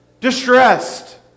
distressed